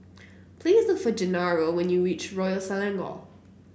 please look for Gennaro when you reach Royal Selangor